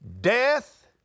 Death